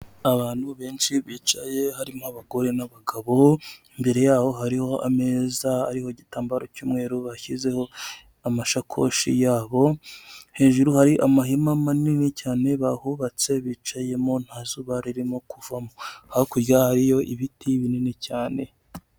Abantu benshi bicaye harimo abagore n'abagabo, imbere yabo hariho ameza ariho igitambaro cy'umweru bashyizeho amashakoshi yabo, hejuru hari amahema manini cyane bahubatse bicayemo, nta zuba ririmo kuvamo hakurya hariyo ibiti binini cyane.